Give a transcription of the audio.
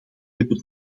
hebben